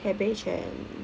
cabbage and